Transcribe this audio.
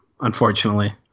unfortunately